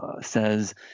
says